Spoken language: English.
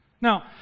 Now